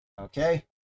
okay